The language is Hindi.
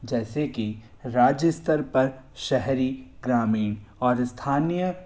जैसे कि राज्य स्तर पर शहरी ग्रामीण और स्थानीय